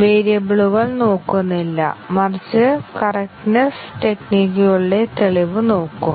വേരിയബിളുകൾ നോക്കുന്നില്ല മറിച്ച് കറെക്റ്റ്നെസ്സ് ടെക്നികുകളുടെ തെളിവ് നോക്കും